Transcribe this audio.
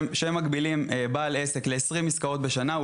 כשמגבילים בעל עסק ל-20 עסקאות בשנה,